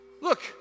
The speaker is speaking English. Look